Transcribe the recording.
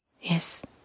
Yes